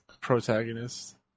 protagonist